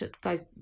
guys